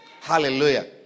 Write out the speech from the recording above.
Hallelujah